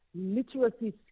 literacy